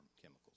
chemicals